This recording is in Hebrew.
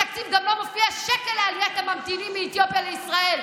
בתקציב גם לא מופיע שקל לעליית הממתינים מאתיופיה לישראל,